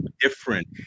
different